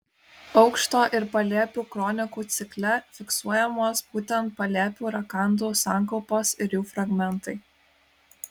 aukšto ir palėpių kronikų cikle fiksuojamos būtent palėpių rakandų sankaupos ir jų fragmentai